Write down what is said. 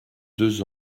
deux